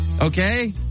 okay